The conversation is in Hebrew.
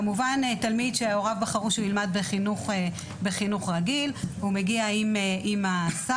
כמובן שתלמיד שהוריו בחרו שהוא ילמד בחינוך רגיל הוא מגיע עם הסל,